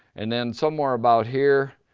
and then somewhere about here,